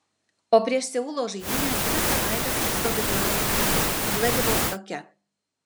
o prieš seulo žaidynes dvi savaites stovyklavome vladivostoke